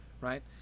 right